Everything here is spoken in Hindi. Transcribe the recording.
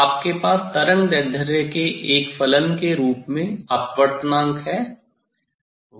आपके पास तरंगदैर्ध्य के एक फलन के रूप में अपवर्तनांक है